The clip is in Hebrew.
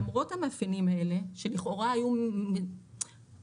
למרות המאפיינים האלה שלכאורה היה ניתן